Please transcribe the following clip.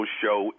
show